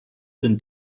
sind